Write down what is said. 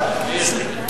פשוט אתה צועק.